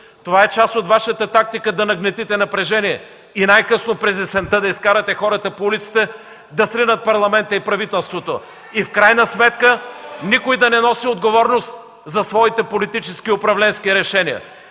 това е част от Вашата тактика да нагнетите напрежение и най-късно през есента да изкарате хората по улиците да сринат Парламента и правителството (шум и реплики от ГЕРБ) и в крайна сметка никой да не носи отговорност за своите политически и управленски решения.